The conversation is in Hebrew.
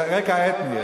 על רקע אתני יש.